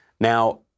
Now